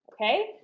Okay